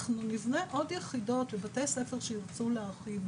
אנחנו נבנה עוד יחידות לבתי ספר שירצו להרחיב,